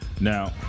Now